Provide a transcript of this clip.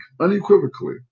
unequivocally